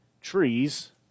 trees